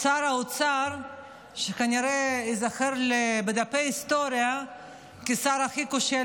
שר האוצר שכנראה ייזכר בדפי ההיסטוריה כשר הכי כושל